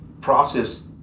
process